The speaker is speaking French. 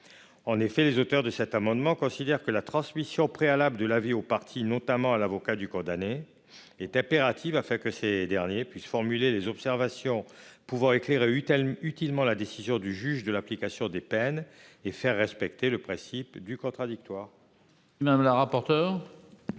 En effet, les auteurs de cet amendement considèrent que la transmission préalable de l'avis aux parties, notamment à l'avocat du condamné, est impérative afin que ces dernières puissent formuler les observations pouvant éclairer utilement la décision du juge de l'application des peines et faire respecter le principe du contradictoire. Quel est